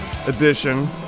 Edition